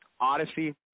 Odyssey